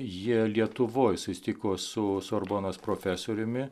jie lietuvoj susitiko su sorbonos profesoriumi